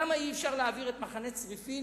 למה אי-אפשר להעביר את מחנה צריפין